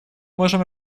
можем